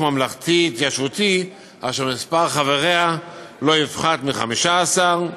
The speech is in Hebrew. ממלכתי התיישבותי אשר מספר חבריה לא יפחת מ-15,